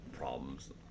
Problems